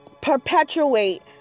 perpetuate